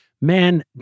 man